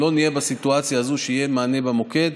לא נהיה בסיטואציה הזאת שיהיה מענה במוקד,